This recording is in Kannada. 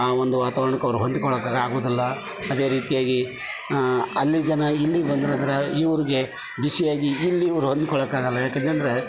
ಆ ಒಂದು ವಾತಾವರಣಕ್ಕೆ ಅವರು ಹೊಂದಿಕೊಳ್ಳೋಕ್ಕೆ ಆಗೋದಿಲ್ಲ ಅದೇ ರೀತಿಯಾಗಿ ಅಲ್ಲಿ ಜನ ಇಲ್ಲಿ ಬಂದ್ರಂದರೆ ಇವ್ರಿಗೆ ಬಿಸಿಯಾಗಿ ಇಲ್ಲಿ ಇವರು ಹೊಂದಿಕೊಳ್ಳೋಕೆ ಆಗೋಲ್ಲ ಯಾಕಂದಂದರೆ